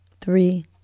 three